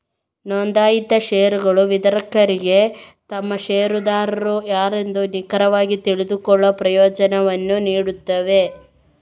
ನೋಂದಾಯಿತ ಷೇರುಗಳು ವಿತರಕರಿಗೆ ತಮ್ಮ ಷೇರುದಾರರು ಯಾರೆಂದು ನಿಖರವಾಗಿ ತಿಳಿದುಕೊಳ್ಳುವ ಪ್ರಯೋಜನವನ್ನು ನೀಡುತ್ತವೆ